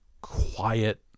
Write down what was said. quiet